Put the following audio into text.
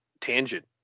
tangent